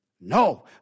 No